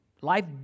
Life